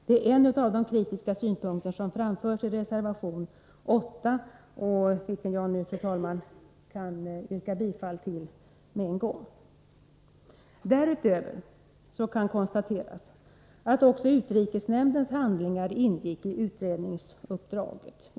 Det är en av de kritiska synpunkter som framförs i reservation 8, vilken jag redan nu, fru talman, vill yrka bifall till. Därutöver kan konstateras att också utrikesnämndens handlingar ingick i utredningsuppdraget.